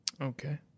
Okay